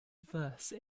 diverse